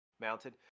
mounted